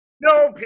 No